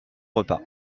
repas